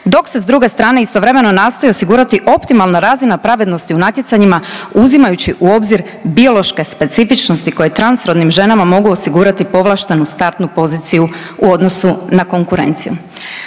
dok se s druge strane istovremeno nastoji osigurati optimalna razina pravednosti u natjecanjima uzimajući u obzir biološke specifičnosti koje transrodnim ženama mogu osigurati povlaštenu startnu poziciju u odnosu na konkurenciju.“